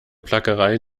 plackerei